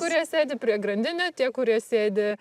kurie sėdi prie grandinių tie kurie sėdi